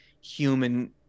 human